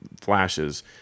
flashes